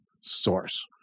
source